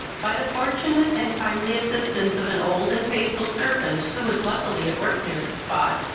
by the fortunate and timely assistance of an old and faithful servant, who was luckily at work near the spot,